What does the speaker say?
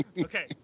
Okay